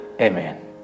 Amen